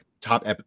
top